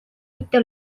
mitte